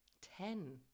Ten